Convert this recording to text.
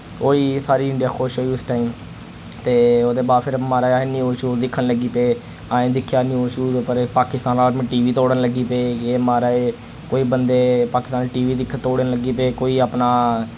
होई सारी इंडिया खुश होई उस टाइम ते ओह्दे बाद फिर माराज अस न्यूस श्यूज दिक्खन लगी पे असैं दिक्खेआ न्यूस श्यूज उप्पर पाकिस्तान अपना टीवी तोड़न लगी पे एह् मराज कोई बंदे पाकिस्तान आह्ले टीवी दिक्खन तोड़न लग्गी पे कोई अपना